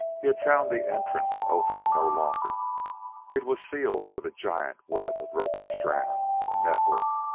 he had found the entrance an opening no longer it was sealed with a giant web of ropy strands a network,